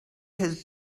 his